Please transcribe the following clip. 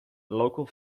local